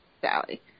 Sally